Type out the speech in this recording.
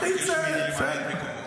הוא ביקש ממני למלא את מקומו.